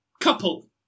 couple